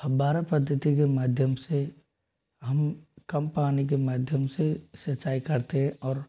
फव्वारा पद्धति के माध्यम से हम कम पानी के माध्यम से सिंचाई करते है और